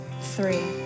three